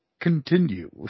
continue